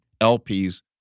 LPs